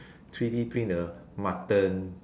three D print a mutton